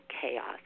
chaos